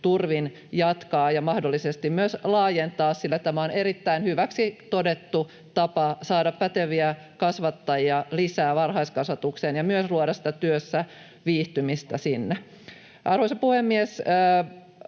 turvin jatkaa ja mahdollisesti myös laajentaa, sillä tämä on erittäin hyväksi todettu tapa saada päteviä kasvattajia lisää varhaiskasvatukseen ja myös luoda sitä työssäviihtymistä sinne. Arvoisa puhemies!